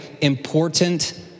important